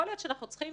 יכול שאנחנו צריכים,